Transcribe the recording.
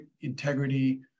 integrity